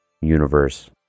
universe